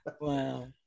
wow